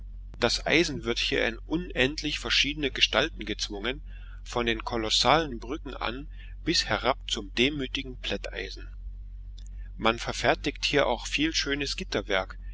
das eisen wird hier in unendlich verschiedene gestalten gezwungen von den kolossalen brücken an bis herab zum demütigen plätteisen man verfertigt hier auch viel schönes gitterwerk